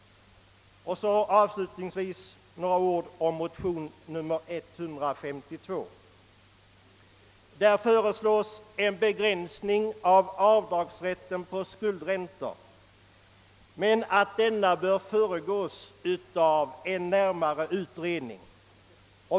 Avslutningsvis några ord om motionen II: 152. I denna föreslås en begränsning av avdragsrätten beträffande skuldräntor men att denna begränsning bör föregås av en närmare utredning.